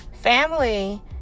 Family